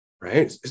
Right